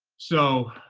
so,